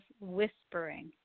whispering